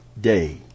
day